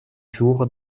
jour